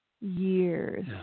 years